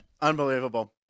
Unbelievable